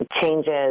changes